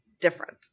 different